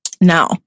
Now